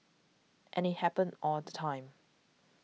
and it happens all the time